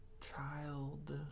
child